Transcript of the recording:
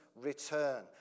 return